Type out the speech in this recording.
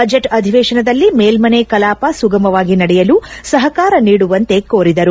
budget ಅಧಿವೇಶನದಲ್ಲಿ ಮೇಲ್ನನೆ ಕಲಾಪ ಸುಗಮವಾಗಿ ನಡೆಯಲು ಸಹಕಾರ ನೀಡುವಂತೆ ಕೋರಿದರು